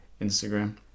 instagram